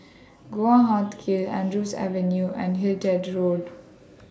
Guan Huat Kiln Andrews Avenue and Hindhede Road